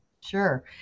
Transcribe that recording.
Sure